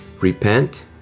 repent